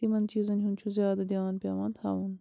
تِمَن چیٖزَن ہُنٛد چھُ زیادٕ دھیٛان پیٚوان تھاوُن